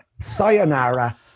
sayonara